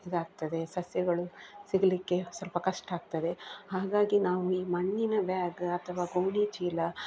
ಇದಾಗ್ತದೆ ಸಸ್ಯಗಳು ಸಿಗಲಿಕ್ಕೆ ಸ್ವಲ್ಪ ಕಷ್ಟ ಆಗ್ತದೆ ಹಾಗಾಗಿ ನಾವು ಈ ಮಣ್ಣಿನ ಬ್ಯಾಗ್ ಅಥವಾ ಗೋಣಿಚೀಲ